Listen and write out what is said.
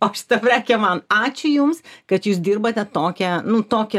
o šita prekė man ačiū jums kad jūs dirbate tokią nu tokį